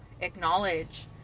acknowledge